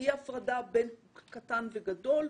תהיה הפרדה בין קטן וגדול.